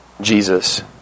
Jesus